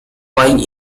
buying